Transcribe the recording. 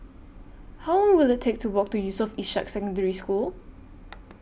How Long Will IT Take to Walk to Yusof Ishak Secondary School